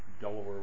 Delaware